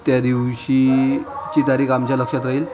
त्या दिवशीची तारीख आमच्या लक्षात राहील